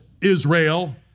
Israel